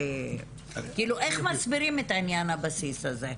איך מסבירים את עניין הבסיס הזה?